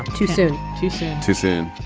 too soon to shoot too soon